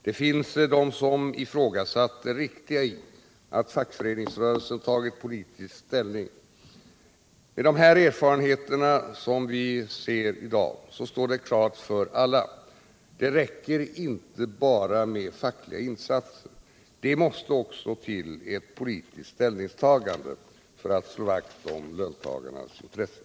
Det finns de som ifrågasatt det riktiga i att fackföreningsrörelsen tagit politisk ställning. Med de erfarenheter vi nu har måste det i dag stå klart för alla: Det räcker inte med fackliga insatser — det måste också till ett politiskt ställningstagande för att slå vakt om löntagarnas intressen!